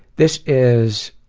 this is,